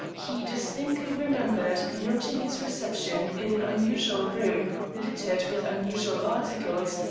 he distinctly remembered noting his reception in an unusual room littered with unusual articles,